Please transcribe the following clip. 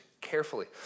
carefully